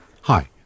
Hi